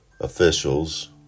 officials